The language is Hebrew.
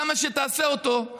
כמה שתעשה אותו,